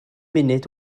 munud